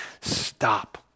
stop